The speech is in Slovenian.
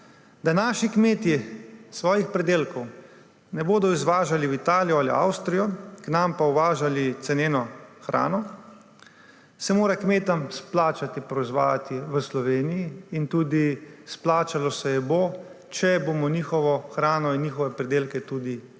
Da naši kmeti svojih pridelkov ne bodo izvažali v Italijo ali Avstrijo, k nam pa uvažali cenene hrane, se mora kmetom splačati proizvajati v Sloveniji. Splačalo se jim bo, če bomo njihovo hrano in njihove pridelke tudi kupovali.